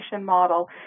model